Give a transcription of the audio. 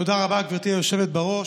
תודה רבה, גברתי היושבת בראש.